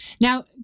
Now